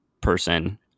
person